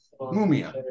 Mumia